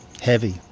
Heavy